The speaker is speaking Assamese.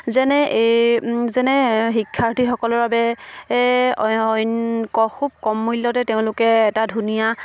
যেনে এই যেনে শিক্ষাৰ্থীসকলৰ বাবে খুব কম মূল্যতে তেওঁলোকে এটা ধুনীয়া